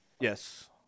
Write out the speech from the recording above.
Yes